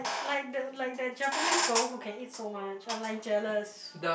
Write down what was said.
like the like the Japanese girl who can eat so much I'm like jealous